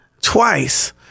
twice